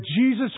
Jesus